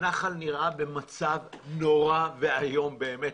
הנחל נראה במצב נורא ואיום באמת,